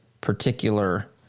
particular